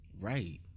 right